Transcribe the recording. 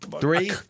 Three